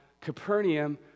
Capernaum